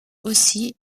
aussi